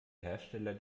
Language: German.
hersteller